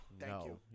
No